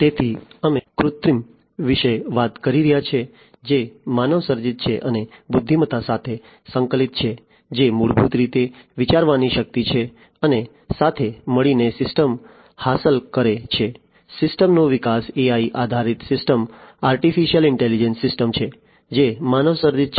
તેથી અમે કૃત્રિમ વિશે વાત કરી રહ્યા છીએ જે માનવસર્જિત છે અને બુદ્ધિમત્તા સાથે સંકલિત છે જે મૂળભૂત રીતે વિચારવાની શક્તિ છે અને સાથે મળીને સિસ્ટમ હાંસલ કરે છે સિસ્ટમનો વિકાસ AI આધારિત સિસ્ટમ આર્ટિફિશિયલ ઈન્ટેલિજન્સ સિસ્ટમ છે જે માનવસર્જિત છે